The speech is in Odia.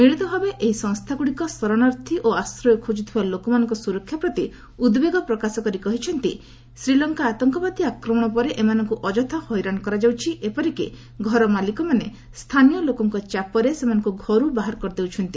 ମିଳିତଭାବେ ଏହି ସଂସ୍ଥାଗୁଡ଼ିକ ଶରଣାର୍ଥୀ ଓ ଆଶ୍ରୟ ଖୋଜୁଥିବା ଲୋକମାନଙ୍କ ସୁରକ୍ଷା ପ୍ରତି ଉଦ୍ବେଗ ପ୍ରକାଶ କରି କହିଛନ୍ତି ଯେ ଶ୍ୱୀଲଙ୍କା ଆତଙ୍କବାଦୀ ଆକ୍ମଣ ପରେ ଏମାନଙ୍କୁ ଅଯଥା ହଇରାଣ କରାଯାଉଛି ଯେପରିକି ଘର ମାଲିକମାନେ ସ୍ଥାନୀୟ ଲୋକଙ୍କ ଚାପରେ ସେମାନଙ୍କ ଘରୁ ବାହାର କରିଦେଉଛନ୍ତି